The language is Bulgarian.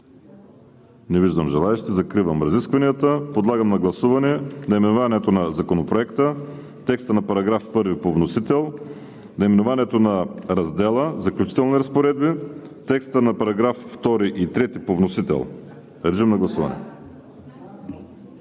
Не виждам желаещи. Закривам разискванията. Подлагам на гласуване наименованието на Законопроекта; текста на § 1 по вносител; наименованието на раздела „Заключителни разпоредби“; текста на параграфи 2 и 3 по вносител. Гласували